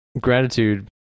gratitude